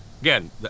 again